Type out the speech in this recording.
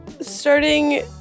starting